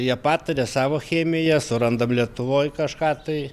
jie pataria savo chemiją surandam lietuvoj kažką tai